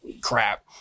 crap